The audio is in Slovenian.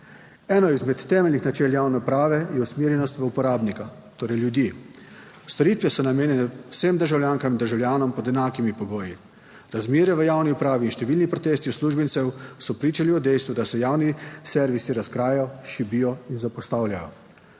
Eno izmed temeljnih načel javne uprave je usmerjenost v uporabnika, torej ljudi. Storitve so namenjene vsem državljankam in državljanom pod enakimi pogoji. Razmere v javni upravi in številni protesti uslužbencev so pričali o dejstvu, da se javni servisi razkrajajo, šibijo in zapostavljajo.